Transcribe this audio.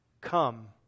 Come